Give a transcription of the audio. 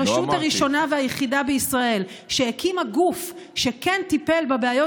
הרשות הראשונה והיחידה בישראל שהקימה גוף שכן טיפל בבעיות